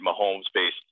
Mahomes-based